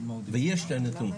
ויש את הנתון,